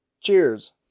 Cheers